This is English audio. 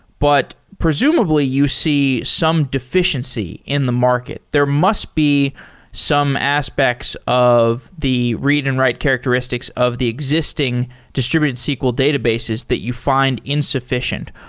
but presumably, you see some defi ciency in the market. there must be some aspects of the read and write characteristics of the existing distributed sql databases that you fi nd insuffi cient.